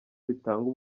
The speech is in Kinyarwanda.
bitanga